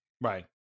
right